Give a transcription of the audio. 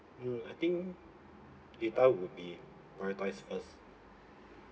mm I think data would be prioritised first